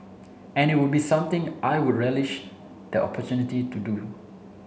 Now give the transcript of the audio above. and it would be something I would relish the opportunity to do